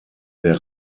der